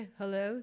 hello